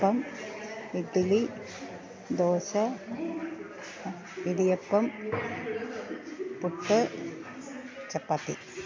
അപ്പം ഇഡലി ദോശ ഇടിയപ്പം പുട്ട് ചപ്പാത്തി